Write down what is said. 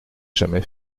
jamais